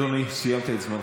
אדוני, סיימת את זמנך.